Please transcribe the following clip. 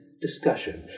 discussion